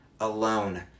alone